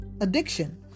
addiction